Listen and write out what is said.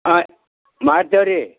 ಹಾಂ ಮಾಡ್ತೇವೆ ರೀ